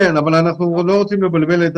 כן, אבל אנחנו לא רוצים לבלבל.